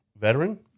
veteran